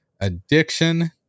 Addiction